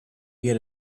get